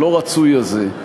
הלא-רצוי הזה,